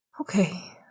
Okay